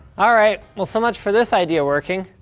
all right, well so much for this idea working.